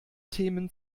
themen